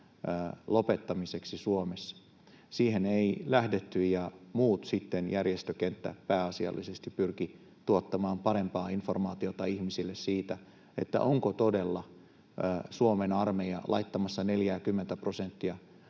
lopettamiseksi Suomessa. Siihen ei lähdetty, ja muut sitten — järjestökenttä pääasiallisesti — pyrkivät tuottamaan parempaa informaatiota ihmisille siitä, onko todella Suomen armeija laittamassa 40:tä prosenttia